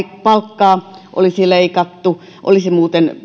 palkkaa olisi leikattu olisi muuten